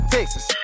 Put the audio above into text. Texas